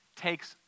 takes